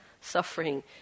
suffering